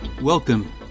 Welcome